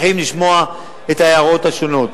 ואנחנו טורחים לשמוע את ההערות השונות.